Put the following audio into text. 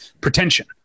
Pretension